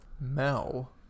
Mel